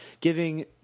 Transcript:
giving